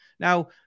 Now